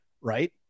Right